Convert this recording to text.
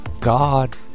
God